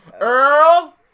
Earl